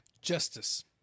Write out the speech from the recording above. justice